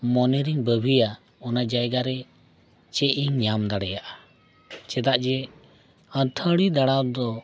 ᱢᱚᱱᱮᱨᱧ ᱵᱷᱟᱹᱵᱤᱭᱟ ᱚᱱᱟ ᱡᱟᱭᱜᱟ ᱨᱮ ᱪᱮᱫ ᱤᱧ ᱧᱟᱢ ᱫᱟᱲᱮᱭᱟᱜᱼᱟ ᱪᱮᱫᱟᱜ ᱡᱮ ᱟᱹᱛᱷᱟᱹᱲᱤ ᱫᱟᱬᱟ ᱫᱚ